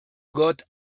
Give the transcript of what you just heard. got